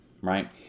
right